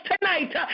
tonight